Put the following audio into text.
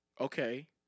okay